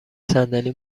صندلی